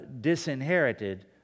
disinherited